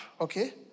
Okay